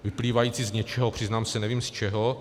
Vyplývající z něčeho, přiznám se, nevím z čeho.